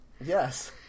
Yes